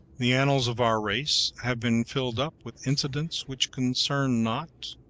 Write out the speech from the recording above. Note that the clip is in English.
the annals of our race have been filled up with incidents which concern not,